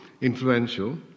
influential